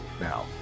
now